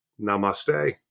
namaste